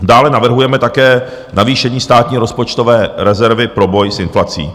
Dále navrhujeme také navýšení státní rozpočtové rezervy pro boj s inflací.